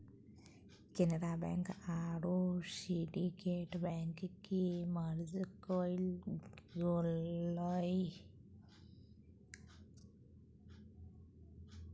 Canara bank आरो syndicate bank के merge कइल गेलय